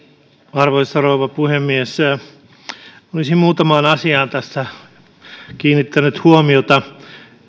arvoisa rouva puhemies olisin muutamaan asiaan tässä kiinnittänyt huomiota